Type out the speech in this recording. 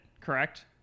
correct